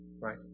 right